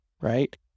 Right